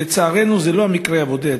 לצערנו, זה לא מקרה בודד.